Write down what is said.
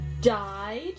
died